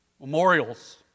Memorials